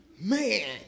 Man